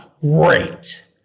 Great